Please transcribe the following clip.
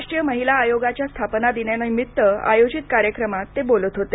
राष्ट्रीय महिला आयोगाच्या स्थापना दिनानिभित्त आयोजित कार्यक्रमात ते बोलत होते